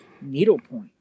Needlepoint